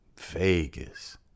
Vegas